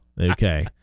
Okay